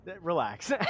relax